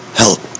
help